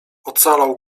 ocalał